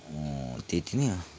त्यत्ति नै हो